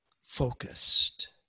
focused